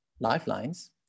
lifelines